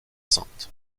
sainte